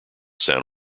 san